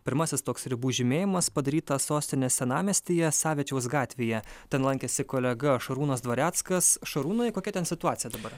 pirmasis toks ribų žymėjimas padarytas sostinės senamiestyje savičiaus gatvėje ten lankėsi kolega šarūnas dvareckas šarūnai kokia ten situacija dabar